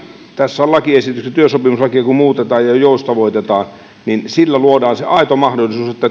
tässä lakiesityksessä työsopimuslakia muutetaan ja ja joustavoitetaan niin sillä luodaan aito mahdollisuus